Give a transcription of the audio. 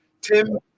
Tim